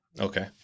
Okay